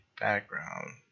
background